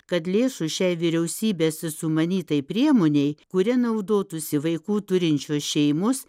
kad lėšų šiai vyriausybės sumanytai priemonei kuria naudotųsi vaikų turinčios šeimos